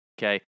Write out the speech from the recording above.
okay